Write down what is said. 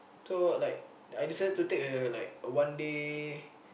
so like I decided to take a like a one day